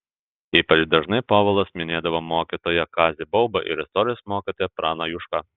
ypač dažnai povilas minėdavo mokytoją kazį baubą ir istorijos mokytoją praną jušką